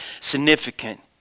significant